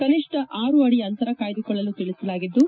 ಕನಿಷ್ಠ ಆರು ಅಡಿ ಅಂತರವನ್ನು ಕಾಯ್ದುಕೊಳ್ಳಲು ತಿಳಿಸಲಾಗಿದ್ದು